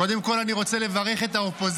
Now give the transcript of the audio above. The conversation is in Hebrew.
קודם כול אני רוצה לברך את האופוזיציה,